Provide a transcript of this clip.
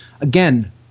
Again